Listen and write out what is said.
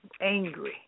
angry